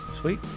Sweet